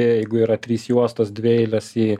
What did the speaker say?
jeigu yra trys juostos dvi eilės į